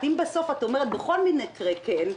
אם בסוף את אומרת בכל מקרה כן,